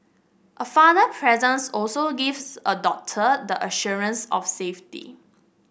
a father's presence also gives a daughter the assurance of safety